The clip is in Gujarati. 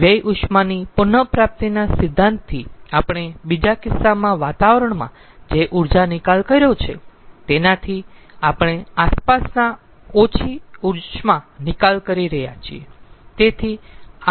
વ્યય ઉષ્માની પુન પ્રાપ્તિના સિધ્ધાંતથી આપણે બીજા કિસ્સામાં વાતાવરણમાં જે ઊર્જા નિકાલ કર્યો છે તેનાથી આપણે આસપાસના ઓછી ઉષ્મા નિકાલ રહ્યા છીએ